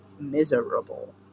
miserable